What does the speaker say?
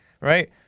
right